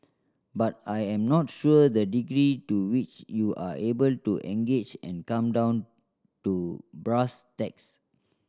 but I am not sure the degree to which you are able to engage and come down to brass tacks